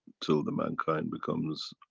till the mankind becomes,